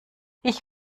ich